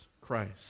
Christ